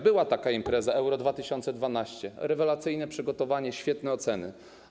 Była taka impreza, Euro 2012, rewelacyjne przygotowanie, świetne oceny.